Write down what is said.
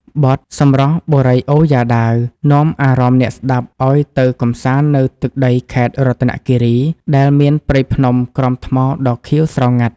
បទ «សម្រស់បុរីអូយ៉ាដាវ» នាំអារម្មណ៍អ្នកស្ដាប់ឱ្យទៅកម្សាន្តនៅទឹកដីខេត្តរតនគិរី ដែលមានព្រៃភ្នំក្រំថ្មដ៏ខៀវស្រងាត់។